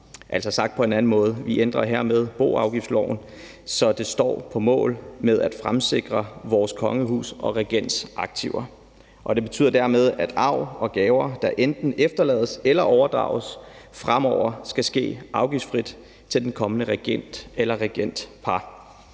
Sagt på en anden måde ændrer vi hermed boafgiftsloven, så vores kongehus og regentens aktiver fremtidssikres, og det betyder dermed, at arv og gaver, der enten efterlades eller overdrages, fremover skal ske afgiftsfrit til den kommende regent eller det